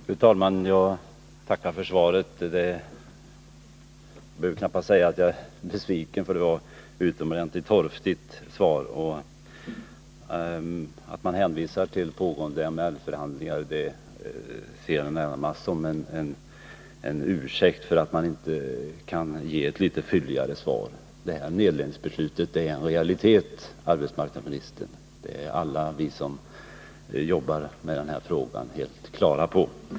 Fru talman! Jag tackar för svaret. Jag behöver knappast säga att jag är besviken, för det var ett utomordentligt torftigt svar. Att arbetsmarknadsministern hänvisar till pågående MBL-förhandlingar ser jag närmast som en ursäkt för att han inte kan ge ett litet fylligare svar. Nedläggningsbeslutet är en realitet, arbetsmarknadsministern. Det är alla som jobbar med den här frågan helt klara på.